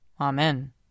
Amen